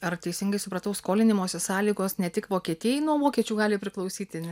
ar teisingai supratau skolinimosi sąlygos ne tik vokietijai nuo vokiečių gali priklausyti